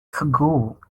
cagoule